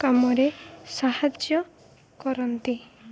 କାମରେ ସାହାଯ୍ୟ କରନ୍ତି